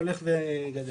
הולך וגדל.